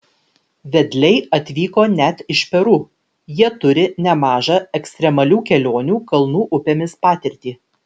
vedliai atvyko net iš peru jie turi nemažą ekstremalių kelionių kalnų upėmis patirtį